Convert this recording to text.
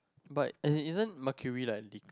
but as in isn't mercury like